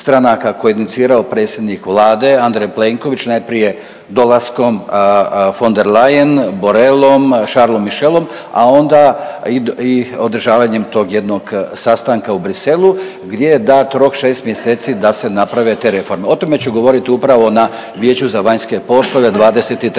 koji je inicirao predsjednik Vlade Andrej Plenković, najprije dolaskom von der Leyen, Borrellom, Charles Michelom, a onda i održavanjem tog jednog sastanka u Bruxellesu gdje je dat rok 6 mjeseci da se naprave te reforme. O tome ću govorit upravo na Vijeću za vanjske poslove 23.